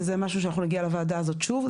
וזה משהו שנגיע איתו לוועדה הזאת שוב,